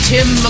Tim